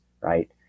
right